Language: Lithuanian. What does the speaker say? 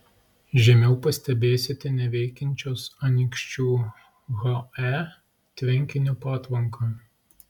žemiau pastebėsite neveikiančios anykščių he tvenkinio patvanką